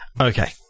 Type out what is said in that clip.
Okay